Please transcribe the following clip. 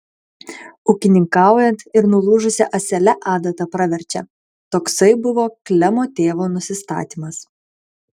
ūkininkaujant ir nulūžusia ąsele adata praverčia toksai buvo klemo tėvo nusistatymas